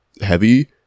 heavy